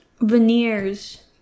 Veneers